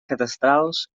cadastrals